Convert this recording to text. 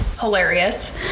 hilarious